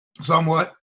somewhat